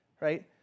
right